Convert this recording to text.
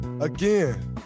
Again